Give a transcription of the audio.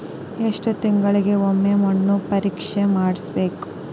ಎಷ್ಟು ತಿಂಗಳಿಗೆ ಒಮ್ಮೆ ಮಣ್ಣು ಪರೇಕ್ಷೆ ಮಾಡಿಸಬೇಕು?